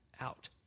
out